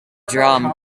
drum